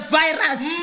virus